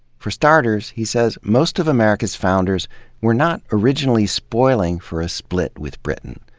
for starters, he says, most of america's founders were not originally spoiling for a split with britain.